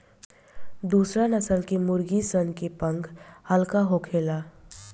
दुसरा नस्ल के मुर्गा सन के पांख हल्का होखेला